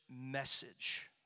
message